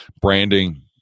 branding